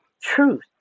Truth